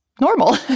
normal